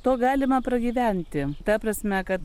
to galima pragyventi ta prasme kad